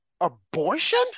abortion